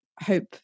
hope